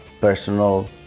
personal